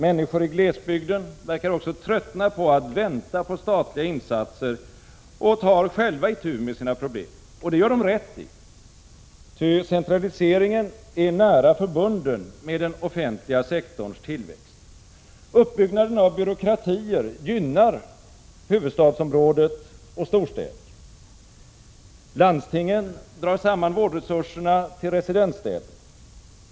Människor i glesbygden verkar också tröttna på att vänta på statliga insatser och tar själva itu med sina problem. Det gör de rätt i, ty centraliseringen är nära förbunden med den offentliga sektorns tillväxt. Uppbyggnaden av byråkratier gynnar huvudstadsområdet och storstäder. Landstingen drar samman vårdresurserna till residensstäderna.